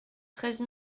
treize